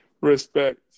respect